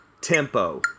tempo